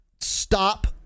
stop